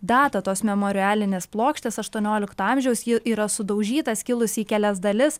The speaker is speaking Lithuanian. datą tos memorialinės plokštės aštuoniolikto amžiaus ji yra sudaužyta skilusi į kelias dalis